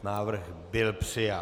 Návrh byl přijat.